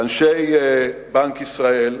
לאנשי בנק ישראל,